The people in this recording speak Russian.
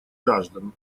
граждан